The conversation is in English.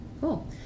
Cool